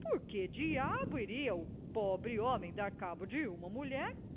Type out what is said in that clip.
por que diabo iria o pobre homem dar cabo de uma mulher